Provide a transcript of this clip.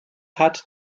hat